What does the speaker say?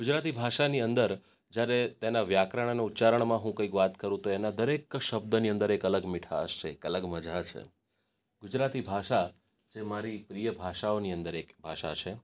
ગુજરાતી ભાષાની અંદર જ્યારે તેનાં વ્યાકરણ અને ઉચ્ચારણમાં હું કંઈક વાત કરું તો એના દરેક શબ્દની અંદર એક અલગ મીઠાશ છે એક અલગ મજા છે ગુજરાતી ભાષા તે મારી પ્રિય ભાષાઓની અંદર એક ભાષા છે